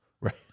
Right